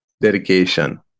dedication